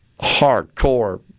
hardcore